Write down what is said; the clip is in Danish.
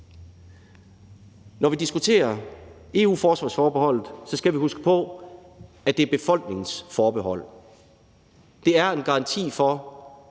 Når vi diskuterer EU-forsvarsforbeholdet, skal vi huske på, at det er befolkningens forbehold. Det er en garanti for,